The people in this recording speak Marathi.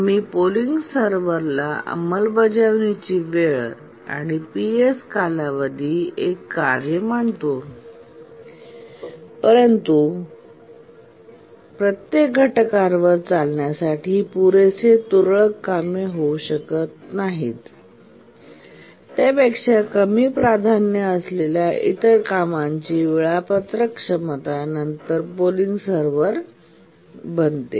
आम्ही पोलिंग सर्व्हरला अंमलबजावणीची वेळ आणि Ps कालावधी एक कार्य मानतो परंतु नंतर प्रत्येक घटकावर चालण्यासाठी पुरेसे तुरळक कामे होऊ शकत नाहीत त्यापेक्षा कमी प्राधान्य असलेल्या इतर कामांची वेळापत्रक क्षमता नंतर पोलिंग सर्व्हर बनते